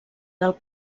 del